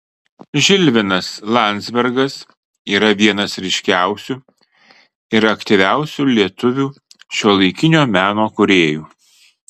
žilvinas landzbergas yra vienas ryškiausių ir aktyviausių lietuvių šiuolaikinio meno kūrėjų